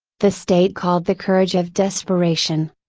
the state called the courage of desperation.